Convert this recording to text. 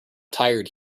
tired